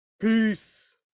Peace